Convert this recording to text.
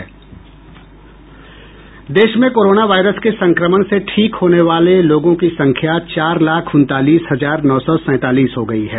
देश में corona virus के संक्रमण से ठीक होने वाले लोगों की संख्या चार लाख उनतालीस हजार नौ सौ सैंतालीस हो गई है